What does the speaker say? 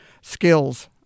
skills